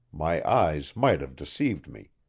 my eyes might have deceived me,